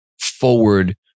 forward